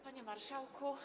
Panie Marszałku!